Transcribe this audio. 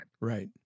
Right